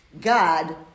God